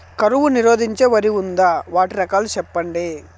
కరువు నిరోధించే వరి ఉందా? వాటి రకాలు చెప్పండి?